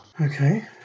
Okay